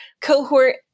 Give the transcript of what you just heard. cohort